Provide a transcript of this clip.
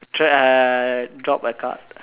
try drop a card